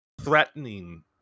threatening